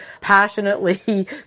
passionately